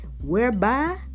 whereby